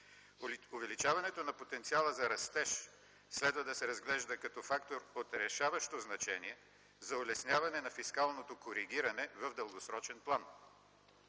Увеличаването на потенциала за растеж следва да се разглежда като фактор от решаващо значение за улесняване на фискалното коригиране в дългосрочен план.”